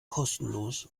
kostenlos